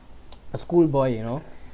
a school boy you know